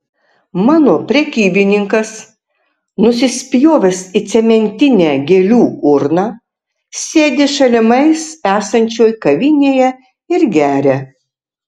mano prekybininkas nusispjovęs į cementinę gėlių urną sėdi šalimais esančioj kavinėje ir geria